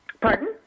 Pardon